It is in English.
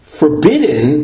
forbidden